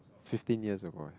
fifteen years ago ah